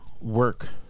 work